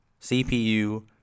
CPU